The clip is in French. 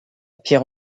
pierre